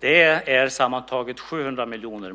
Det blir sammantaget 700 miljoner.